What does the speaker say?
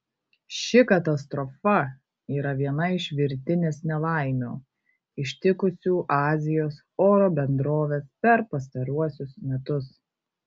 ši katastrofa yra viena iš virtinės nelaimių ištikusių azijos oro bendroves per pastaruosius metus